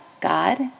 God